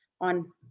on